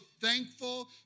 thankful